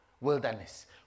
wilderness